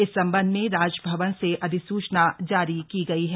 इस संबंध में राजभवन से अधिसूचना जारी की गई है